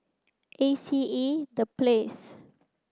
A C E The Place